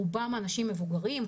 רובם אנשים מבוגרים,